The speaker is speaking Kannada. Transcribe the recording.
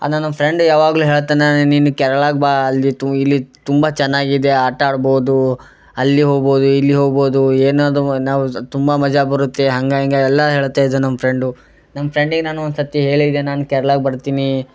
ಆ ನನ್ನ ಫ್ರೆಂಡು ಯಾವಾಗ್ಲೂ ಹೇಳ್ತಾನೆ ನೀನು ಕೇರ್ಳಾಗೆ ಬಾ ಅಲ್ಲಿ ತು ಇಲ್ಲಿ ತುಂಬ ಚೆನ್ನಾಗಿದೆ ಆಟಾಡ್ಬೋದು ಅಲ್ಲಿ ಹೋಗ್ಬೋದು ಇಲ್ಲಿ ಹೋಗ್ಬೋದು ಏನು ಇದಾವು ನಾವು ತುಂಬ ಮಜಾ ಬರುತ್ತೆ ಹಂಗೆ ಹಿಂಗೆ ಎಲ್ಲ ಹೇಳ್ತಾಯಿದ್ದ ನಮ್ಮ ಫ್ರೆಂಡು ನಮ್ಮ ಫ್ರೆಂಡಿಗೆ ನಾನು ಒಂದು ಸರ್ತಿ ಹೇಳಿದ್ದೆ ನಾನು ಕೇರ್ಳಾಗೆ ಬರ್ತೀನಿ